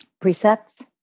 precepts